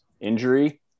injury